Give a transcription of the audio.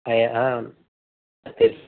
ఏ